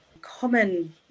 common